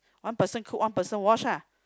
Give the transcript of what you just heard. one person cook one person wash lah